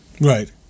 Right